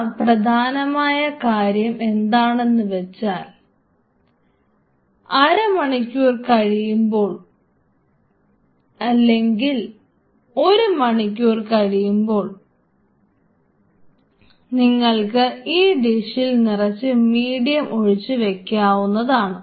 ഇനി പ്രധാനമായ കാര്യം എന്താണെന്ന് വെച്ചാൽ അരമണിക്കൂർ കഴിയുമ്പോൾ അല്ലെങ്കിൽ ഒരു മണിക്കൂർ കഴിയുമ്പോൾ നിങ്ങൾക്ക് ഈ ഡിഷിൽ നിറച്ച് മീഡിയം ഒഴിച്ച് വയ്ക്കാവുന്നതാണ്